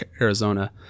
Arizona